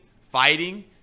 fighting